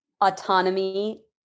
Autonomy